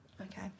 okay